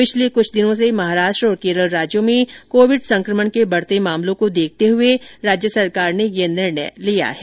पिछले कुछ दिनों से महाराष्ट्र और केरल राज्यों में कोविड संकमण के बढ़ते मामलों को देखते हुए राज्य सरकार ने यह निर्णय लिया है